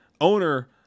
owner